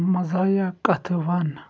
مزاہِیا کَتھہٕ ون